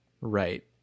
right